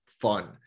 fun